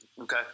Okay